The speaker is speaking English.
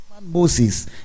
Moses